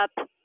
Up